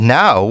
now